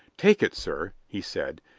take it, sir, he said,